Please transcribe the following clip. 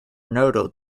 nodal